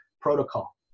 protocol